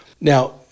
Now